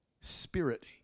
spirit